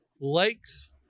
Lakes